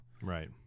Right